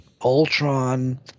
Ultron